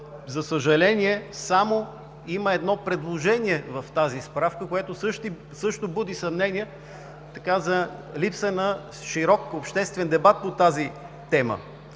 за съжаление има само едно предложение в нея, което също буди съмнения за липса на широк обществен дебат по тази тема.